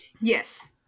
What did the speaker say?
yes